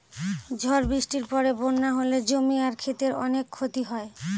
ঝড় বৃষ্টির পরে বন্যা হলে জমি আর ক্ষেতের অনেক ক্ষতি হয়